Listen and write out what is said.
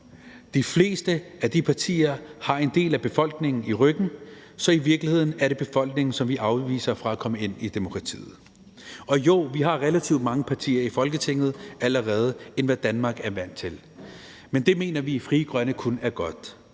De fleste af de partier har en del af befolkningen i ryggen, så i virkeligheden er det befolkningen, som vi afviser at komme ind i demokratiet. Og jo, vi har relativt mange partier i Folketinget allerede, i forhold til hvad Danmark er vant til. Men det mener vi i Frie Grønne kun er godt,